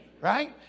Right